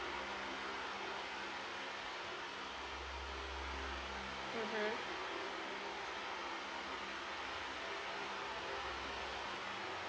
mmhmm